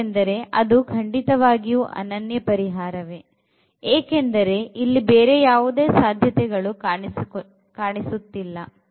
ಹೇಳಬೇಕಾದರೆ ಅದು ಖಂಡಿತವಾಗಿಯೂ ಅನನ್ಯ ಪರಿಹಾರವೇ ಏಕೆಂದರೆ ಇಲ್ಲಿ ಬೇರೆ ಯಾವುದೇ ಸಾಧ್ಯತೆಗಳು ಕಾಣಿಸುತ್ತಿಲ್ಲ